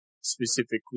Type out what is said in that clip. specifically